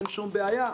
אין שום בעיה,